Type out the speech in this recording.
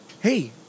Hey